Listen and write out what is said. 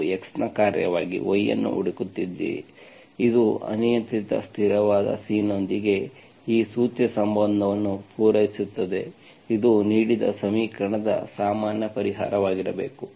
ನೀವು x ನ ಕಾರ್ಯವಾಗಿ y ಅನ್ನು ಹುಡುಕುತ್ತಿದ್ದರೆ ಇದು ಅನಿಯಂತ್ರಿತ ಸ್ಥಿರವಾದ C ನೊಂದಿಗೆ ಈ ಸೂಚ್ಯ ಸಂಬಂಧವನ್ನು ಪೂರೈಸುತ್ತದೆ ಇದು ನೀಡಿದ ಸಮೀಕರಣದ ಸಾಮಾನ್ಯ ಪರಿಹಾರವಾಗಿರಬೇಕು